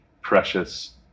precious